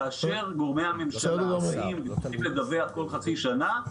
כאשר גורמי הממשלה באים לדווח כל חצי שנה,